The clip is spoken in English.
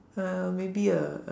uh maybe a a